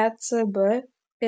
ecb